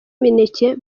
imineke